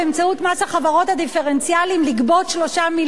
מס החברות הדיפרנציאלי לגבות 3 מיליארד?